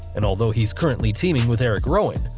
and although he currently teaming with erick rowan,